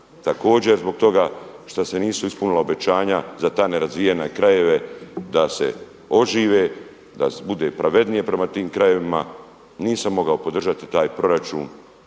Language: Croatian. također zbog toga šta se nisu ispunila obećanja za te nerazvijene krajeve da se ožive, da bude pravednije prema tim krajevima, nisam mogao podržati taj proračun